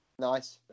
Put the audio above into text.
nice